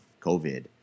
COVID